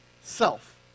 self